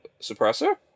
suppressor